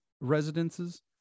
residences